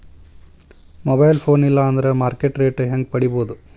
Mobile phone ಇಲ್ಲಾ ಅಂದ್ರ market rate ಹೆಂಗ್ ಪಡಿಬೋದು?